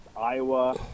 Iowa